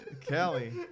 Kelly